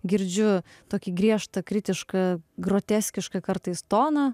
girdžiu tokį griežtą kritišką groteskišką kartais toną